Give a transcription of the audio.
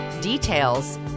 details